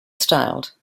styled